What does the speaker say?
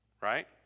Right